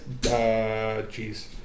jeez